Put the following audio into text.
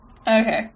okay